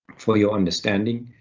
for your understanding,